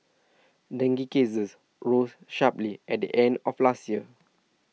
dengue cases rose sharply at the end of last year